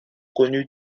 connu